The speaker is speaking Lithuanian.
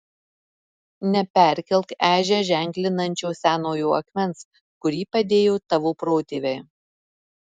neperkelk ežią ženklinančio senojo akmens kurį padėjo tavo protėviai